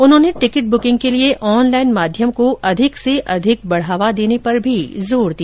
उन्होंने ticket booking के लिए ऑनलाइन माध्यम को अधिक से अधिक बढ़ावा देने पर भी जोर दिया